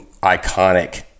iconic